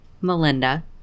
Melinda